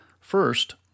First